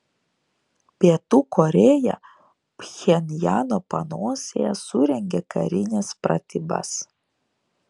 pietų korėja pchenjano panosėje surengė karines pratybas